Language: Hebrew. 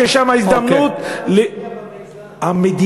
לוועדה, ששם ההזדמנות, זה לא מיזם של המדינה.